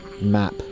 map